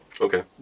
Okay